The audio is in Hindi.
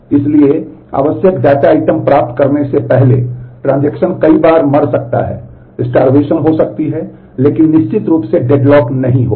इसलिए आवश्यक डेटा आइटम प्राप्त करने से पहले ट्रांजेक्शन नहीं होगा